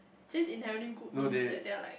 since inherently good means that they are like